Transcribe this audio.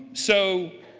so